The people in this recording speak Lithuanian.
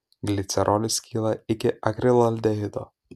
glicerolis skyla iki akrilaldehido